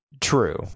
True